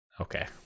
Okay